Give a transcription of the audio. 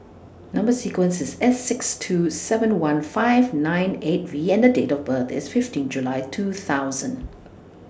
Number sequence IS S six two seven one five nine eight V and Date of birth IS fifteen July two thousand